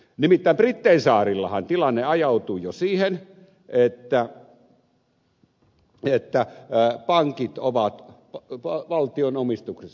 nimittäin brittein saarillahan tilanne ajautui jo siihen että pankit ovat valtion omistuksessa